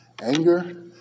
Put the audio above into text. Anger